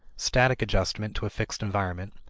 static adjustment to a fixed environment,